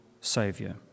saviour